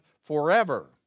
forever